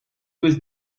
was